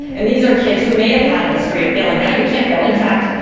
and these are kids who may have had a history of failing, now you can't fail. in fact,